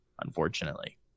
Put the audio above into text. unfortunately